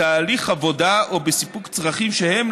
בתהליך עבודה או בסיפוק צרכים שהם,